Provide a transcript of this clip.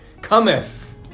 cometh